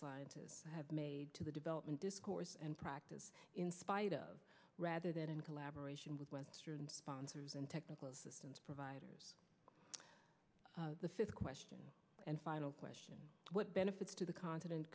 scientists have made to the development discourse and practice in spite of rather than in collaboration with sponsors and technical assistance providers the fist question and final question what benefits to the continent